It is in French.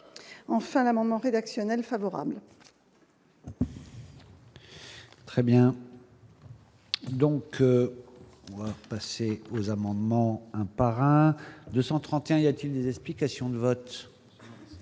enfin l'amendement rédactionnel favorable. Donc passer aux amendements un par un, 231 il y a-t-il des explications de vote